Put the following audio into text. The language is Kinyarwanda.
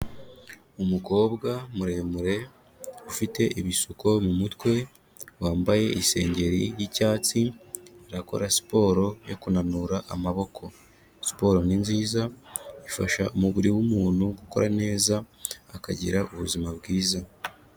Umukobwa muremure ufite ibisuko mu mutwe wambaye isengeri y'icyatsi arakora siporo yo kunanura amaboko. Siporo ni nziza ifasha umubiri w'umuntu gukora neza akagira ubuzima bwiza.